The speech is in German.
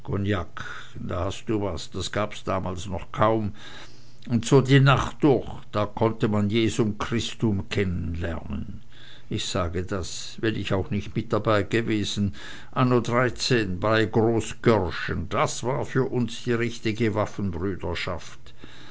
was den gab es damals kaum und so die nacht durch da konnte man jesum christum erkennen lernen ich sage das wenn ich auch nicht mit dabeigewesen anno dreizehn bei großgörschen das war für uns die richtige waffenbrüderschaft